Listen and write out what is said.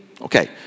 okay